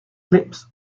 clips